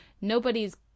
nobody's